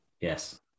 Yes